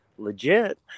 legit